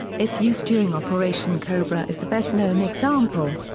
its use during operation cobra is the best-known example.